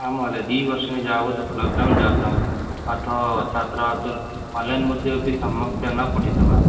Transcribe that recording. आं महोदये दिवर्षन् यावत् लब्धं जातम् अथ छात्रा तु आन्लैन् मध्येपि सम्यक्तया न पठितवान्